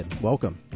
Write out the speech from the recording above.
welcome